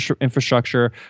infrastructure